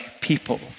people